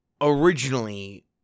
originally